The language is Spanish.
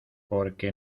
porque